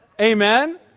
amen